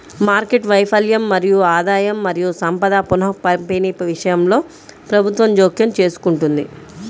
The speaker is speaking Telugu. మార్కెట్ వైఫల్యం మరియు ఆదాయం మరియు సంపద పునఃపంపిణీ విషయంలో ప్రభుత్వం జోక్యం చేసుకుంటుంది